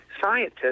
scientists